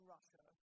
Russia